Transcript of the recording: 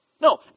No